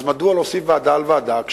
אז מדוע להוסיף ועדה על ועדה?